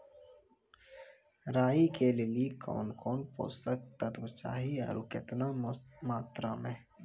राई के लिए कौन कौन पोसक तत्व चाहिए आरु केतना मात्रा मे?